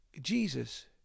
Jesus